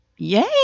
Yay